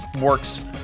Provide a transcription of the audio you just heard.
works